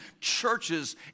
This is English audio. churches